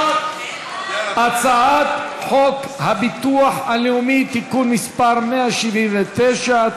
הצעת חוק הביטוח הלאומי (תיקון מס' 179),